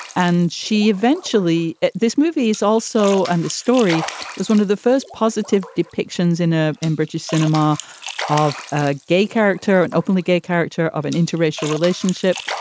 and she eventually this movie is also and the story was one of the first positive depictions in a and british cinema of ah gay character, an and openly gay character of an interracial relationship.